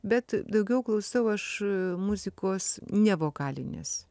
bet daugiau klausau aš muzikos ne vokalinės